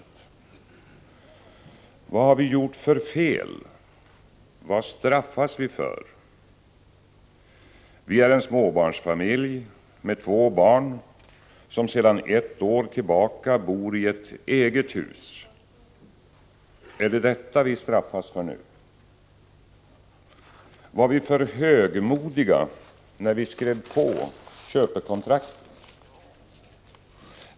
Vad har vi gjort för fel, vad straffas vi för? Vi är en småbarnsfamilj, med två barn, som sedan ett år tillbaka bor i ett ”eget' hus. Är det detta vi straffas för nu? Var vi för ”högmodiga” när vi skrev på köpekontraktet?